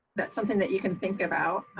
that's something that you can think about.